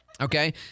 Okay